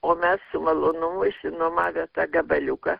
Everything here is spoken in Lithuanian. o mes su malonumu išsinuomavę tą gabaliuką